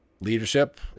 leadership